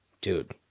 Dude